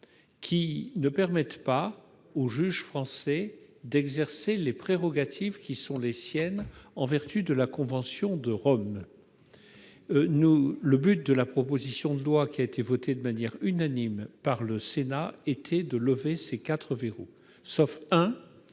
ne permettent pas aux juges français d'exercer les prérogatives qui sont les leurs en vertu de la Convention de Rome et le but de la proposition de loi votée de manière unanime par le Sénat était de lever trois d'entre eux. Nous